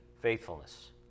faithfulness